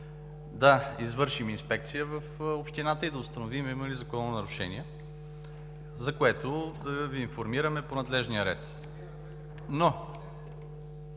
да извършим инспекция в общината и да установим има ли закононарушения, за което да Ви информираме по надлежния ред.